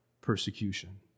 persecution